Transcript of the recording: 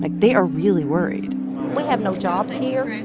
like they are really worried we have no jobs here.